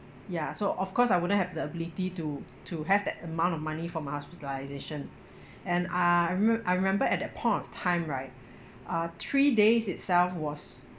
ya so of course I wouldn't have the ability to to have that amount of money for my hospitalisation and ah I reme~ I remember at that point of time right uh three days itself was